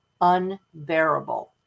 unbearable